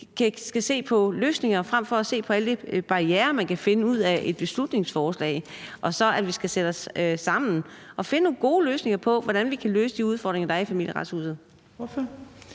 skal se på løsninger frem for at se på alle de barrierer, man kan finde i forhold til et beslutningsforslag, og at vi skal sætte os sammen og finde nogle gode løsninger på, hvordan vi kan løse de udfordringer, der er med Familieretshuset. Kl.